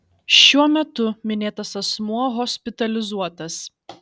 šiuo metu minėtas asmuo hospitalizuotas